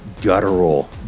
guttural